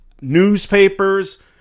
Newspapers